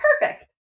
Perfect